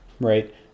right